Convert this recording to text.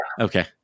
okay